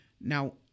Now